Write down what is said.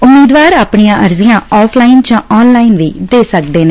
ਉਮੀਦਵਾਰ ਆਪਣੀਆਂ ਅਰਜੀਆਂ ਆਫਲਾਈਨ ਜਾਂ ਆਨਲਾਈਨ ਦੇ ਸਕਦੇ ਨੇ